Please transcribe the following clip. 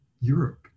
Europe